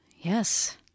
Yes